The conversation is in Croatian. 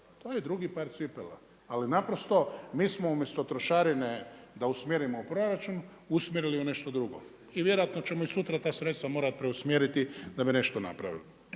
To je drugi par cipela. Ali naprosto, mi smo umjesto trošarine da usmjerimo u proračun, usmjerili u nešto drugo. I vjerojatno ćemo i sutra ta sredstva morati preusmjeriti da bi nešto napravili.